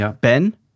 Ben